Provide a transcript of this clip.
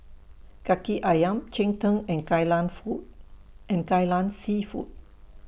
Kaki Ayam Cheng Tng and Kai Lan Food and Kai Lan Seafood